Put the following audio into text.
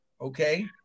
okay